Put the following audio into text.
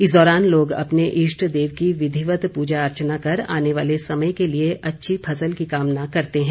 इस दौरान लोग अपने इष्ट देव की विधिवत पूजा अर्चना कर आने वाले समय के लिए अच्छी फसल की कामना करते हैं